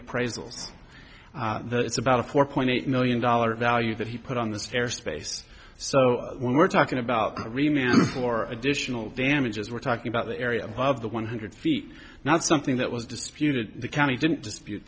appraisal it's about a four point eight million dollar value that he put on the air space so we're talking about remaining for additional damages we're talking about the area above the one hundred feet not something that was disputed the county didn't dispute